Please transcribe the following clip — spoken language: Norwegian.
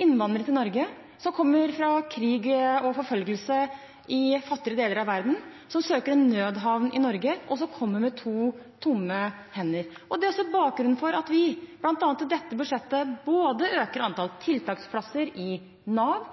innvandrere til Norge som kommer fra krig og forfølgelse i fattigere deler av verden, som søker en nødhavn i Norge, og som kommer med to tomme hender. Det er også bakgrunnen for at vi bl.a. i dette budsjettet øker antall tiltaksplasser i Nav,